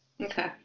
Okay